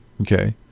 Okay